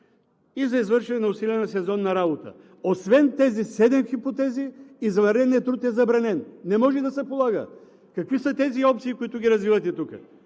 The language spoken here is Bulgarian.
и за извършване на усилена сезонна работа. Освен в тези седем хипотези, извънредният труд е забранен, не може да се полага. Какви са тези опции, които ги развивате тук?